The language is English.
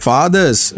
Fathers